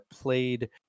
played